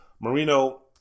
Marino